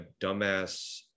dumbass